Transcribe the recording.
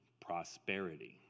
prosperity